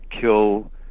kill